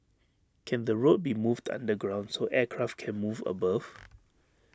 can the road be moved underground so aircraft can move above